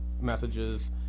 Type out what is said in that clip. messages